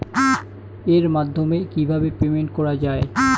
এর মাধ্যমে কিভাবে পেমেন্ট করা য়ায়?